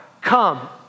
come